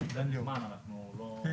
אני